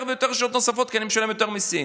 ויותר שעות נוספות כי אני משלם יותר מיסים.